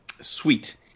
Sweet